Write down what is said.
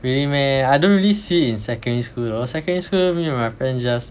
really meh I don't really see in secondary school though secondary school me and my friend just